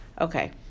Okay